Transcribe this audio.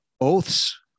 oaths